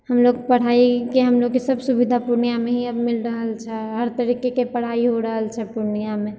हमलोग पढ़ाइके हमलोगके सब सुविधा पूर्णियामे ही अब मिलि रहल छै हर तरीकेके पढ़ाइ हो रहल छै पूर्णियामे